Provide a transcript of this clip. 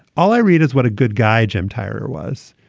all i read is what a good guy jim tyrer was.